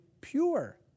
pure